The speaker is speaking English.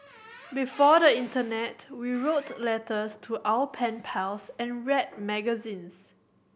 before the internet we wrote letters to our pen pals and read magazines